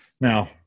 Now